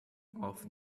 off